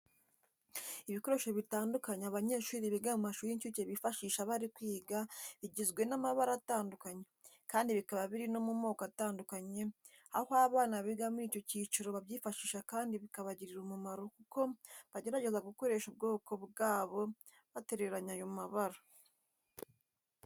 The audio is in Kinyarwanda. Ibikoresho bitandukanye abanyeshuri biga mu mashuri y'incuke bifashisha bari kwiga, bigizwe n'amabara atandukanye, kandi bikaba biri no mu moko atandukanye aho abana biga muri icyo cyiciro babyifashisha kandi bikabagirira umumaro kuko bageregeza gukoresha ubwonko bwabo baterateranya ayo mabara.